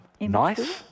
Nice